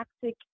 Toxic